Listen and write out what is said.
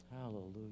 Hallelujah